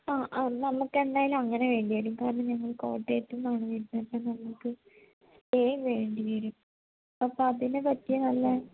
എന്നാല് നമ്മള്ക്കെന്തായാലും അങ്ങനെ വേണ്ടി വരും കാരണം ഞങ്ങൾ കോട്ടയത്തുനിന്നാണു വരുന്നത് അപ്പോള് നമുക്ക് സ്റ്റേ വേണ്ടിവരും അപ്പോള് അതിനു പറ്റിയ നല്ല